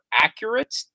accurate